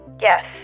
Yes